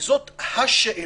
וזאת ה-שאלה,